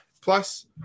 Plus